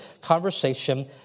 conversation